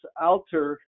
alter